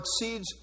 exceeds